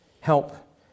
help